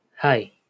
Hi